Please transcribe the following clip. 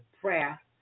prayer